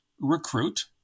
recruit